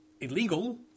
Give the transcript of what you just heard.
illegal